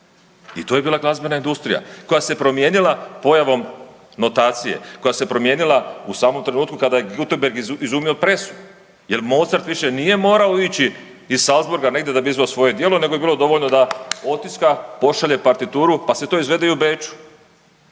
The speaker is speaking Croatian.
I to je bila glazbena industrija koja se promijenila pojavom notacije. Koja se promijenila u samom trenutku kad je Gutenberg izumio presu. Jer Mozart više nije morao ići iz Salzburga negdje da bi izveo svoje djelo je nego bilo dovoljno da otiska, pošalje partituru pa se to izvede i u Beču.